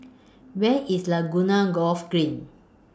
Where IS Laguna Golf Green